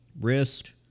wrist